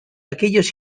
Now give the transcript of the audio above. aquellos